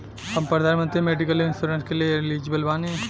हम प्रधानमंत्री medical insurance के लिए एलिजिबल बानी?